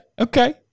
Okay